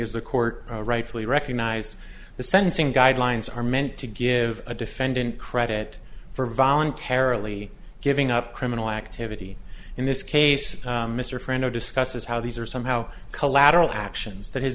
is the court rightfully recognized the sentencing guidelines are meant to give a defendant credit for voluntarily giving up criminal activity in this case mr friend who discusses how these are somehow collateral actions that his